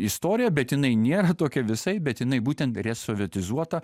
istoriją bet jinai nėra tokia visai bet jinai būtent resovietizuota